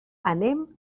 anem